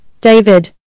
David